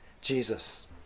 Jesus